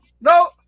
no